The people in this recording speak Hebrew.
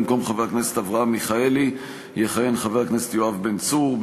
במקום חבר הכנסת אברהם מיכאלי יכהן חבר הכנסת יואב בן צור.